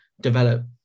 develop